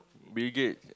Bill Gates